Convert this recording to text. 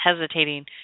hesitating